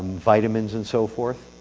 vitamins and so forth.